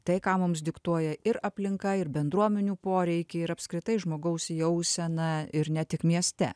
tai ką mums diktuoja ir aplinka ir bendruomenių poreikiai ir apskritai žmogaus jausena ir ne tik mieste